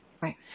Right